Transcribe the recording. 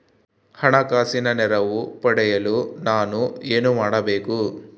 ಹಣಕಾಸಿನ ನೆರವು ಪಡೆಯಲು ನಾನು ಏನು ಮಾಡಬೇಕು?